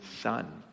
Son